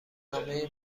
نامه